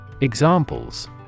Examples